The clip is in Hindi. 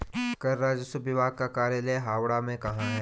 कर राजस्व विभाग का कार्यालय हावड़ा में कहाँ है?